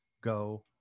go